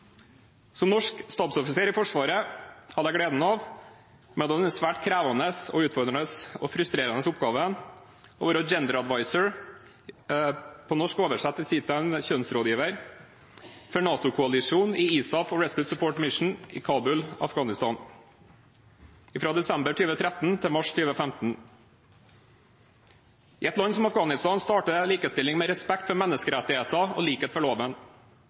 Som norsk stabsoffiser i Forsvaret hadde jeg gleden av å ha den svært krevende, utfordrende og frustrerende oppgaven å være «gender advisor» – oversatt til «kjønnsrådgiver» på norsk – for NATO-koalisjonen i ISAF og Resolute Support Mission i Kabul i Afghanistan fra desember 2013 til mars 2015. I et land som Afghanistan starter likestilling med respekt for menneskerettigheter og likhet for loven.